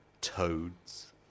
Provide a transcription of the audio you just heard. toads